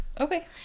Okay